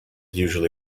usually